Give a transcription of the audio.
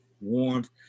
warmth